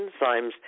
enzymes